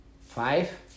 five